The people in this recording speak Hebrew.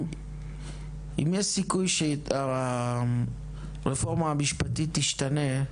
אם יש סיכוי שהרפורמה המשפטית תשתנה,